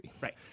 Right